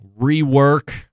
rework